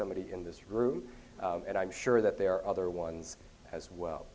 somebody in this group and i'm sure that there are other ones as well